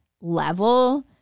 level